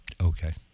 Okay